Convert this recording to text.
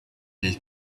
del